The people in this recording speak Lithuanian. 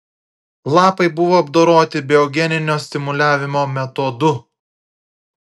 lapai buvo apdoroti biogeninio stimuliavimo metodu